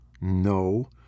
No